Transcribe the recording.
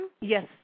Yes